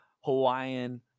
Hawaiian